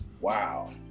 Wow